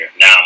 Now